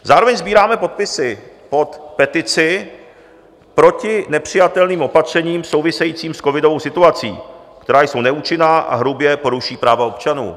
Zároveň sbíráme podpisy pod petici proti nepřijatelným opatřením souvisejícím s covidovou situací, která jsou neúčinná a hrubě porušují práva občanů.